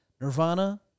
Nirvana